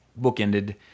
bookended